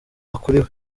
akuriwe